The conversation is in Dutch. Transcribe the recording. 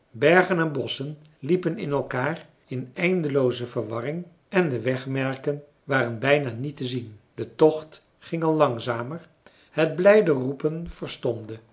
bergen en bosschen liepen in elkaar in eindelooze verwarring en de wegmerken waren bijna niet te zien de tocht ging al langzamer het blijde roepen